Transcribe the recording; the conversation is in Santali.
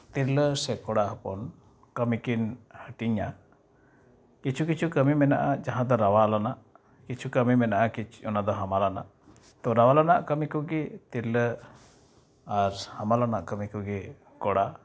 ᱛᱤᱨᱞᱟᱹ ᱥᱮ ᱠᱚᱲᱟ ᱦᱚᱯᱚᱱ ᱠᱟᱹᱢᱤᱠᱤᱱ ᱦᱟᱹᱴᱤᱧᱟ ᱠᱤᱪᱷᱩ ᱠᱤᱪᱷᱩ ᱠᱟᱹᱢᱤ ᱢᱮᱱᱟᱜᱼᱟ ᱡᱟᱦᱟᱸᱫᱚ ᱨᱟᱣᱟᱞᱼᱟᱱᱟᱜ ᱠᱤᱪᱷᱩ ᱠᱟᱹᱢᱤ ᱢᱮᱱᱟᱜᱼᱟ ᱚᱱᱟᱫᱚ ᱦᱟᱢᱟᱞᱼᱟᱱᱟᱜ ᱛᱚ ᱨᱟᱣᱟᱞᱼᱟᱱᱟᱜ ᱠᱟᱹᱢᱤ ᱠᱚᱜᱮ ᱛᱤᱨᱞᱟᱹ ᱟᱨ ᱦᱟᱢᱟᱞᱼᱟᱱᱟᱜ ᱠᱟᱹᱢᱤ ᱠᱚᱜᱮ ᱠᱚᱲᱟ